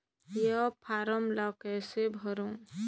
ये फारम ला कइसे भरो?